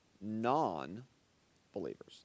non-believers